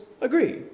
agree